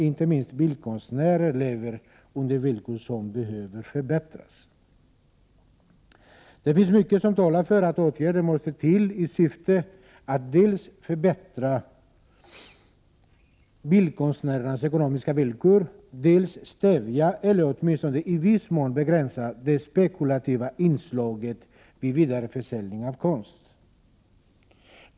Inte minst bildkonstnärer lever under villkor som behöver förbättras. Det finns mycket som talar för att åtgärder måste till i syfte att dels förbättra bildkonstnärernas ekonomiska villkor, dels stävja eller åtminstone i viss mån begränsa det spekulativa inslaget vid vidareförsäljning av konst.